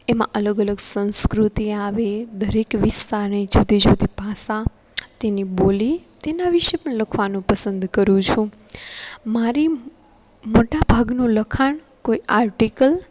એમાં અલગ અલગ સંસ્કૃતિ આવે દરેક વિસ્તારે જુદી જુદી ભાષા તેની બોલી તેના વિશે પણ લખવાનું પસંદ કરું છું મારી મોટા ભાગનું લખાણ કોઈ આર્ટીકલ